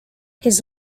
his